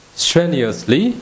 strenuously